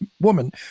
woman